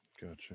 Gotcha